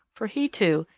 for he, too,